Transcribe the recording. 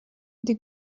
ndi